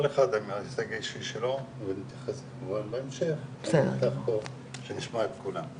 כל אחד עם ההישג האישי שלו ואני אתייחס כמובן בהמשך שנשמע את כולם.